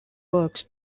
works